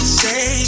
say